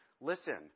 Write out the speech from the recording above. listen